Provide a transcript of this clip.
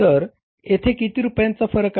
तर येथे किती रुपयांचा फरक आहे